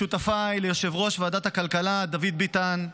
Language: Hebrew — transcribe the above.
לשותפיי, ליושב-ראש ועדת הכלכלה דוד ביטן.